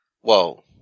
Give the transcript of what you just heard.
Whoa